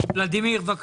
ולדימיר, בקשה.